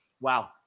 Wow